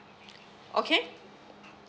okay